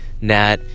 Nat